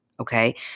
Okay